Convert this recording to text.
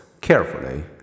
carefully